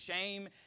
shame